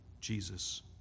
Jesus